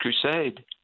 Crusade—